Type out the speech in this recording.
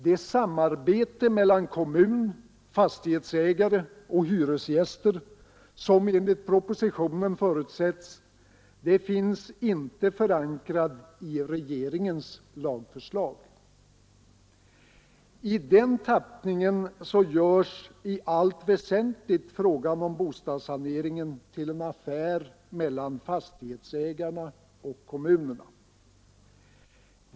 Det samarbete mellan kommun, fastighetsägare och hyresgäster som enligt propositionen förutsätts är inte förankrat i regeringens lagförslag. I den tappningen görs i allt väsentligt frågan om bostadssaneringen till en affär mellan fastighetsägarna och kommunerna.